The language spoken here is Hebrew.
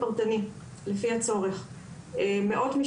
ומוכנים לפתוח את הדיון המיוחד הזה לכבוד היום